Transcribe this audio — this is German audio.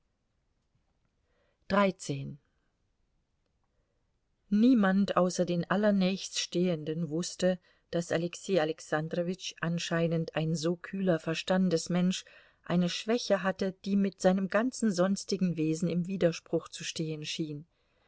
niemand außer den allernächststehenden wußte daß alexei alexandrowitsch anscheinend ein so kühler verstandesmensch eine schwäche hatte die mit seinem ganzen sonstigen wesen im widerspruch zu stehen schien